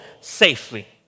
safely